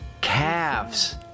Calves